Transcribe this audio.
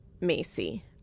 Macy